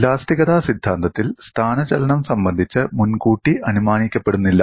ഇലാസ്തികത സിദ്ധാന്തത്തിൽ സ്ഥാനചലനം സംബന്ധിച്ച് മുൻകൂട്ടി അനുമാനിക്കപ്പെടുന്നില്ല